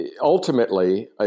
ultimately